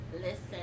listen